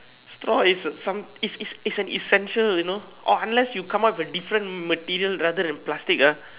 straw is some is is is an essential you know or unless you come up with a different material rather than plastic ah